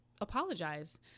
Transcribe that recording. apologize